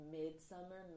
mid-summer